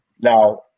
now